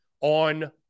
on